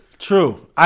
True